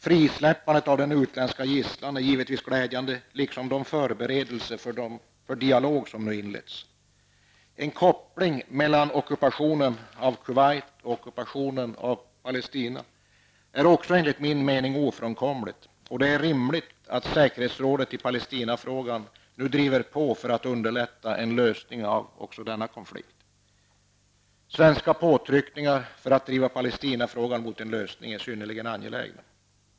Frisläppandet av den utländska gisslan är givetvis glädjande, liksom de förberedelser för dialog som nu inletts. En koppling mellan ockupationen av Kuwait och ockupationen av Palestina är enligt min mening ofrånkomlig, och det är rimligt att säkerhetsrådet nu driver på i Palestinafrågan för att underlätta en lösning av också denna konflikt. Svenska påtryckningar för att driva Palestinafrågan mot en lösning är synnerligen angelägna.